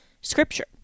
Scripture